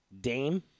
Dame